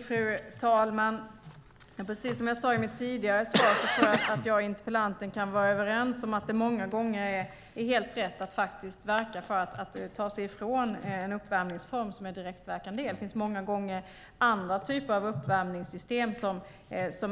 Fru talman! Precis som jag sade tidigare tror jag att jag och interpellanten kan vara överens om att det många gånger är helt rätt att verka för att ta sig ifrån en uppvärmningsform som direktverkande el. Det finns andra typer av uppvärmningssystem som